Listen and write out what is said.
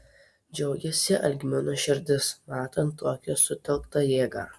džiaugiasi algmino širdis matant tokią sutelktą jėgą